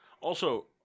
Also-